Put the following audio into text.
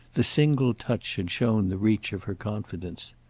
the single touch had shown the reach of her confidence.